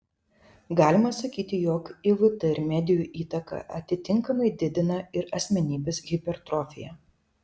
galima sakyti jog ivt ir medijų įtaka atitinkamai didina ir asmenybės hipertrofiją